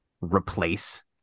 replace